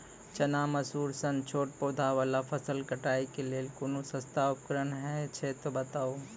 चना, मसूर सन छोट पौधा वाला फसल कटाई के लेल कूनू सस्ता उपकरण हे छै तऽ बताऊ?